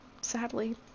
sadly